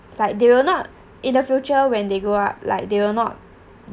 like they will not in the future when they grow up like they will not